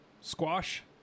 squash